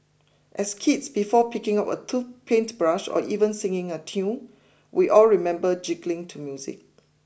as kids before picking up a tool paintbrush or even singing a tune we all remember jiggling to music